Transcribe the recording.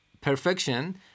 perfection